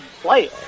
play